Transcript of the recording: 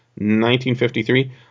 1953